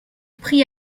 prit